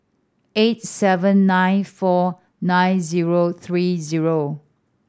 eight seven nine four nine zero three zero